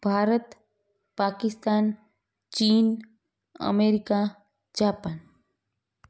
भारत पाकिस्तान चीन America Japan